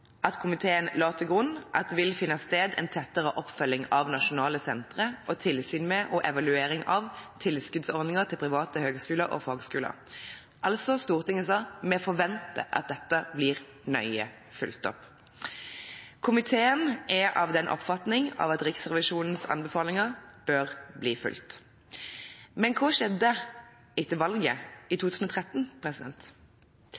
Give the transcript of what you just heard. at komiteen la til grunn at det ville «finne sted en tettere oppfølging av nasjonale sentre, og tilsyn med og evaluering av tilskuddsordninger til private høyskoler og fagskoler». Altså sa Stortinget at vi forventet at dette ble nøye fulgt opp. Komiteen er av den oppfatning at Riksrevisjonens anbefalinger bør bli fulgt. Men hva skjedde etter valget i